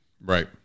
Right